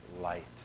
light